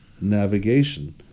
navigation